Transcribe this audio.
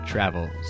Travels